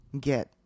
get